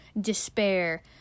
despair